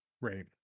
Right